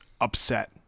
upset